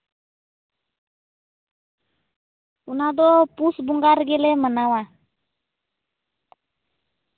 ᱚᱱᱟ ᱫᱚ ᱯᱩᱥ ᱵᱚᱸᱜᱟ ᱨᱮᱜᱮ ᱞᱮ ᱢᱟᱱᱟᱣᱟ